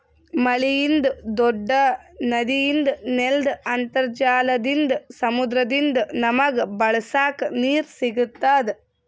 ಮಳಿಯಿಂದ್, ದೂಡ್ಡ ನದಿಯಿಂದ್, ನೆಲ್ದ್ ಅಂತರ್ಜಲದಿಂದ್, ಸಮುದ್ರದಿಂದ್ ನಮಗ್ ಬಳಸಕ್ ನೀರ್ ಸಿಗತ್ತದ್